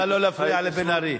נא לא להפריע לבן-ארי.